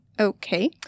Okay